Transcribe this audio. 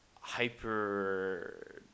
hyper